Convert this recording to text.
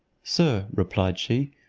sir, replied she,